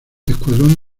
escuadrón